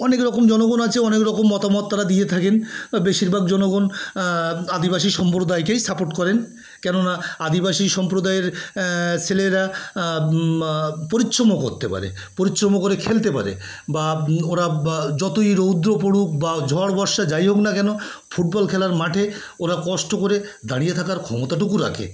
অনেক রকম জনগণ আছে অনেক রকম মতামত তারা দিয়ে থাকেন বেশিরভাগ জনগণ আদিবাসী সম্প্রদায়কেই সাপোর্ট করেন কেননা আদিবাসী সম্প্রদায়ের ছেলেরা পরিশ্রম করতে পারে পরিশ্রম করে খেলতে পারে বা ওরা যতই রৌদ্র পড়ুক বা ঝড় বর্ষা যাই হোক না কেন ফুটবল খেলার মাঠে ওরা কষ্ট করে দাঁড়িয়ে থাকার ক্ষমতাটুকু রাখে